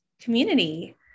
community